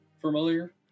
familiar